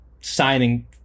signing